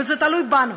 וזה תלוי בנו,